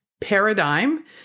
paradigm